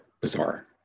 bizarre